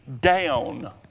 down